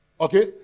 Okay